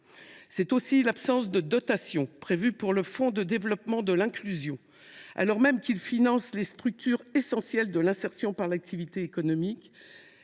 également l’absence de dotation pour le fonds de développement de l’inclusion, alors même qu’il finance les structures essentielles de l’insertion par l’activité économique,